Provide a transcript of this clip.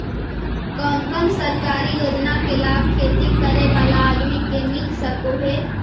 कोन कोन सरकारी योजना के लाभ खेती करे बाला आदमी के मिल सके हे?